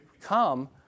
come